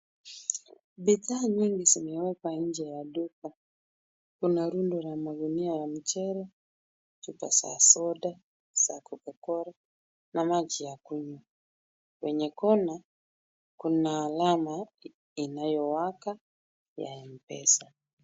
Bidhaa nyingi zimeekwa nje ya duka. Kuna rundo ya magunia ya mchele, chupa za soda za Cocacola na maji ya kunywa. Kwenye kona kuna alama inayowaka ya M-Pesa.